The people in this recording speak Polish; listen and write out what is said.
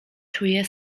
czuję